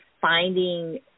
finding –